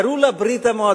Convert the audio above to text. קראו לה ברית-המועצות,